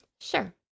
Sure